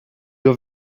have